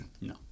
No